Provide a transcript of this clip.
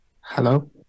Hello